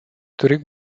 торік